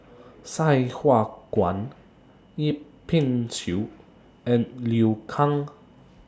Sai Hua Kuan Yip Pin Xiu and Liu Kang